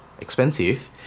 expensive